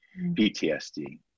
PTSD